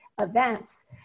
events